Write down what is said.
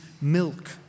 milk